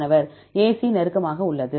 மாணவர் AC நெருக்கமாக உள்ளது